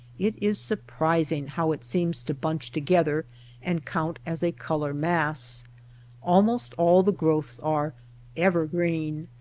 it is surprising how it seems to bunch together and count as a color-mass. almost all the growths are evergreen.